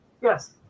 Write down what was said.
yes